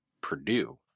Purdue